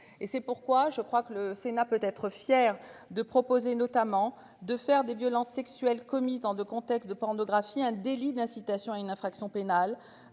et c'est pourquoi je crois que le Sénat peut être fier de proposer notamment de faire des violences sexuelles commises en 2. Contexte de pornographie un délit d'incitation à une infraction pénale